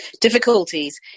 difficulties